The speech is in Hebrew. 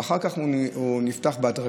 ואחר כך הוא נפתח בהדרגה.